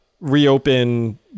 reopen